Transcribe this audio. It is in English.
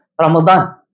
Ramadan